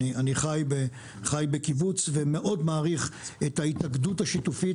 אני חי בקיבוץ ומאוד מעריך את ההתאגדות השיתופית.